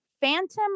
Phantom